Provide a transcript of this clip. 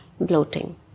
bloating